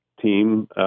team